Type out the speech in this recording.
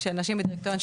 של נשים בדירקטוריון,